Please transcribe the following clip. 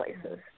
places